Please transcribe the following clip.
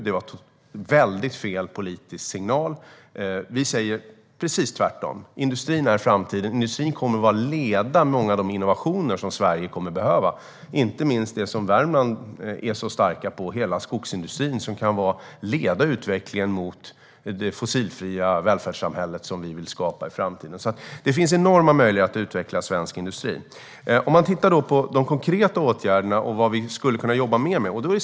Det var helt fel politisk signal. Vi säger precis det motsatta: Industrin är framtiden. Den kommer att leda många av de innovationer som Sverige kommer att behöva, inte minst när det gäller skogsindustrin, som ju är stark i Värmland. Den kan leda utvecklingen mot det fossilfria välfärdssamhälle som vi vill skapa i framtiden. Det finns enorma möjligheter att utveckla svensk industri. Låt oss då titta på de konkreta åtgärderna och vad vi skulle kunna jobba mer med.